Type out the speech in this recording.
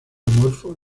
amorfo